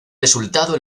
resultado